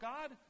God